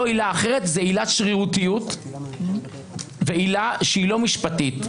עילה אחרת זו עילת שרירותיות ועילה שהיא לא משפטית.